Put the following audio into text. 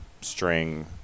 string